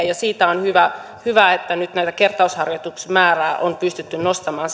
ja on hyvä hyvä että nyt tämä kertausharjoitusmäärä on pystytty nostamaan